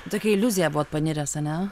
į tokią iliuziją buvot paniręs ane